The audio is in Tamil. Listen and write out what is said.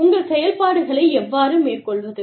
உங்கள் செயல்பாடுகளை எவ்வாறு மேற்கொள்வது